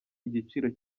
igiciro